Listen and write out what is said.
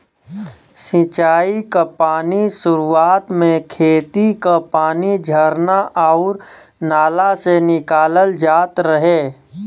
सिंचाई क पानी सुरुवात में खेती क पानी झरना आउर नाला से निकालल जात रहे